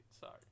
Sorry